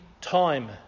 time